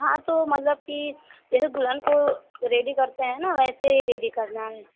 हाँ तो मतलब कि जैसे दुल्हन को रेडी करते हैं ना वैसे ही रेडी करना है